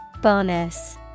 Bonus